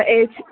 H